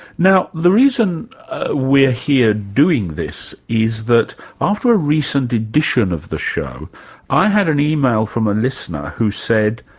now, the reason we're here doing this is that after a recent edition of the show i had an email from a listener who said,